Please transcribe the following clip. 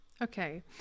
Okay